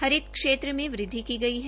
हरित क्षेत्र में वृद्वि की गई है